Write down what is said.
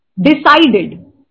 decided